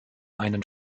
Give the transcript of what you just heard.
einen